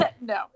No